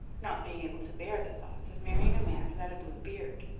not being able to bear the thoughts of marrying a man who had a blue beard,